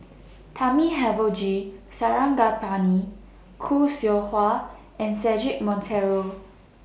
Thamizhavel G Sarangapani Khoo Seow Hwa and Cedric Monteiro